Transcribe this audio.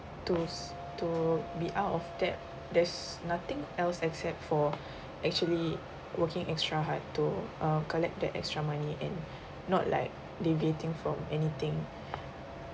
to to be out of debt there's nothing else except for actually working extra hard to uh collect the extra money and not like deviating from anything